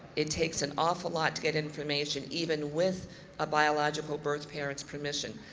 it takes an awful lot to get information, even with a biological birth parent's permission.